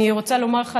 אני רוצה לומר לך,